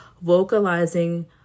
vocalizing